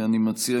אני מציע,